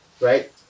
right